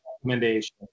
recommendation